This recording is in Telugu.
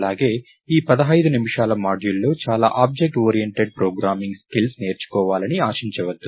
అలాగే ఈ 15 నిమిషాల మాడ్యూల్లో చాలా ఆబ్జెక్ట్ ఓరియెంటెడ్ ప్రోగ్రామింగ్ స్కిల్స్ నేర్చుకోవాలని ఆశించవద్దు